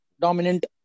dominant